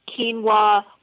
quinoa